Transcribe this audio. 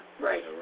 right